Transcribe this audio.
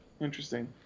Interesting